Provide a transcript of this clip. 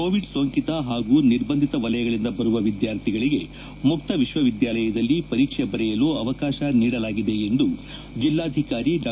Covid ಸೋಂಕಿತ ಹಾಗೂ ನಿರ್ಬಂಧಿತ ವಲಯಗಳಿಂದ ಬರುವ ವಿದ್ಯಾರ್ಥಿಗಳಿಗೆ ಮುಕ್ತ ವಿಶ್ವವಿದ್ಯಾಲಯದಲ್ಲಿ ಪರೀಕ್ಷೆ ಬರೆಯಲು ಅವಕಾಶ ನೀಡಲಾಗಿದೆ ಎಂದು ಜಿಲ್ಲಾಧಿಕಾರಿ ಡಾ